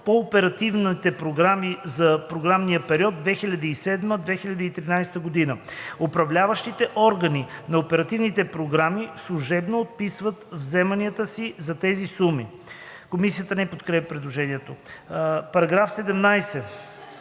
по оперативните програми за програмния период 2007 – 2013 г. Управляващите органи на оперативните програми служебно отписват вземанията си за тези суми.“ Комисията не подкрепя предложението. Параграф 7.